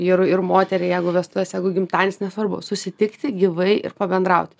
vyrui ir moteriai jeigu vestuvėse gimtadienis nesvarbu susitikti gyvai ir pabendraut